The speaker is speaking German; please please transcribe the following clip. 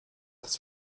das